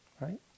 right